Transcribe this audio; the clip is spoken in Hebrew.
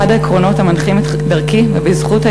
ולכן גם אשתדל להציג בפניכם עקרונות ולא תוכניות,